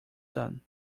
son